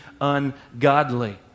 ungodly